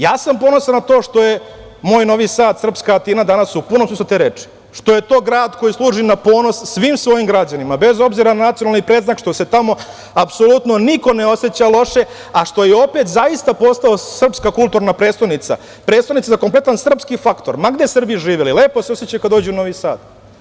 Ja sam ponosan na to što je moj Novi Sad, srpska Atina, danas u punom smislu te reči, što je to grad koji služi na ponos svim svojim građanima, bez obzira na nacionalni predznak, što se tamo apsolutno niko ne oseća loše, a što je opet zaista postao srpska kulturna prestonica, prestonica za kompletan srpski faktor, ma gde Srbi živeli, lepo se osećaju kada dođu u Novi Sad.